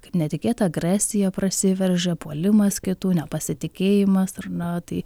kad netikėta agresija prasiveržia puolimas kitų nepasitikėjimas ar na tai